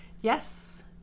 Yes